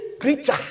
creature